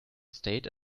stayed